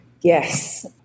Yes